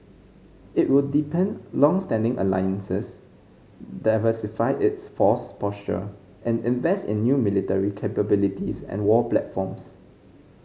it will deepen longstanding alliances diversify its force posture and invest in new military capabilities and war platforms